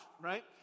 right